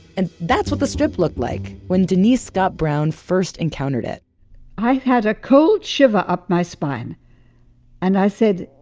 and that's what the strip looked like when denise scott brown first encountered it i had a cold shiver up my spine and i said,